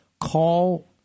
call